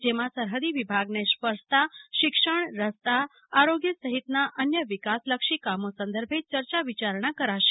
જેમાં સરફદી વિભાગને સ્પર્શતા શિક્ષણ રસ્તા આરોગ્યસફિતના અન્ય વિકાસલક્ષી કામો સંદર્ભે ચર્ચા વિચારણા કરાશે